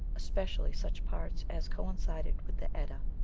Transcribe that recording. especially such parts as coincided with the edda.